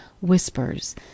Whispers